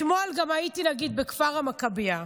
אתמול הייתי בכפר המכבייה,